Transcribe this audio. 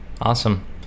Awesome